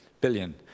billion